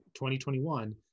2021